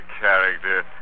character